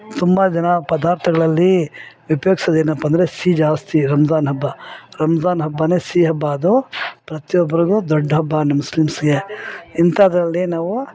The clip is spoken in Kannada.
ತುಂಬ ಜನ ಪದಾರ್ಥಗ್ಳಲ್ಲಿ ಉಪ್ಯೋಗ್ಸೋದು ಏನಪ್ಪಾ ಅಂದರೆ ಸಿಹಿ ಜಾಸ್ತಿ ರಂಝಾನ್ ಹಬ್ಬ ರಂಝಾನ್ ಹಬ್ಬಾ ಸಿಹಿ ಹಬ್ಬ ಅದು ಪ್ರತಿಯೊಬ್ರುಗೂ ದೊಡ್ಡ ಹಬ್ಬ ನಮ್ಮ ಮುಸ್ಲಿಮ್ಸ್ಗೆ ಇಂಥಾದ್ರಲ್ಲೆ ನಾವು